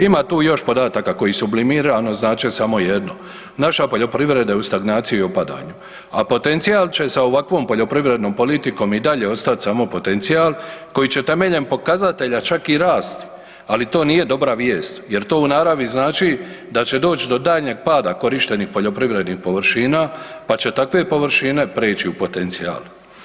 Ima tu još podataka koji sublimirano znače samo jedno, naša poljoprivreda je u stagnaciji i opadanju, a potencijal će sa ovakvom poljoprivrednom politikom i dalje ostati samo potencijal koji će temeljem pokazatelja čak i rasti, ali to nije dobra vijest jer to u naravi znači da će doći do daljnjeg pada korištenih poljoprivrednih površina pa će takve površine preći u potencijal.